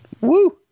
Woo